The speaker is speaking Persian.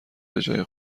بجای